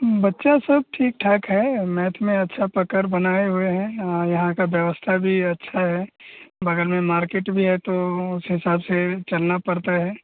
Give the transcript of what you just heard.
बच्चा सब ठीक ठाक है मैथ में अच्छा पकड़ बनाए हुए हैं यहाँ का व्यवस्था भी अच्छा है बगल में मार्केट भी है तो उस हिसाब से चलना पड़ता है